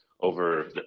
over